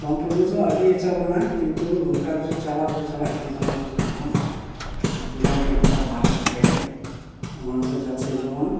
ᱥᱚᱢᱯᱩᱨᱱᱚᱫᱚ ᱟᱹᱣᱨᱤᱭᱟ ᱛᱟᱵᱚᱱᱟ ᱠᱤᱱᱛᱩ ᱚᱱᱠᱟᱫᱚ ᱪᱟᱞᱟᱣᱫᱚ ᱪᱟᱞᱟᱜᱠᱟᱱ ᱫᱤᱱᱟᱹᱢ ᱯᱩᱨᱟᱜᱮ ᱜᱚᱴᱟ ᱵᱷᱟᱨᱚᱛ ᱨᱮᱜᱮ ᱚᱱᱟᱫᱚ ᱡᱟᱛᱷᱮ ᱡᱮᱢᱚᱱ